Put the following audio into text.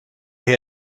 they